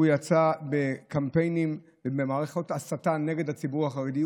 שהוא יצא בקמפיינים ומערכות הסתה נגד הציבור החרדי.